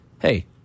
hey